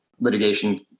litigation